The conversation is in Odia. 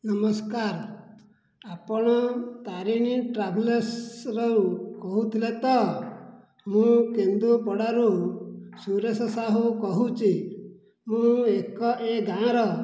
ନମସ୍କାର ଆପଣ ତାରିଣୀ ଟ୍ରାଭେଲରସ୍ରୁ କହୁଥିଲେ ତ ମୁଁ କେନ୍ଦୁପଡ଼ାରୁ ସୁରେଶ ସାହୁ କହୁଛି ମୁଁ ଏକ ଏ ଗାଁର